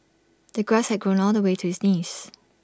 the grass had grown all the way to his knees